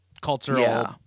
cultural